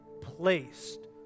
placed